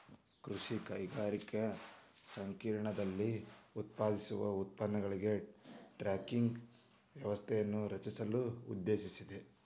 ಕೃಷಿ ಕೈಗಾರಿಕಾ ಸಂಕೇರ್ಣದಲ್ಲಿ ಉತ್ಪಾದಿಸುವ ಉತ್ಪನ್ನಗಳಿಗೆ ಟ್ರ್ಯಾಕಿಂಗ್ ವ್ಯವಸ್ಥೆಯನ್ನು ರಚಿಸಲು ಉದ್ದೇಶಿಸಿದೆ